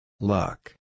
Luck